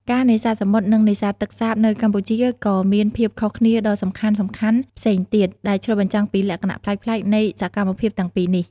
ការនេសាទសមុទ្រ និងនេសាទទឹកសាបនៅកម្ពុជាក៏មានភាពខុសគ្នាដ៏សំខាន់ៗផ្សេងទៀត ដែលឆ្លុះបញ្ចាំងពីលក្ខណៈប្លែកៗនៃសកម្មភាពទាំងពីរនេះ។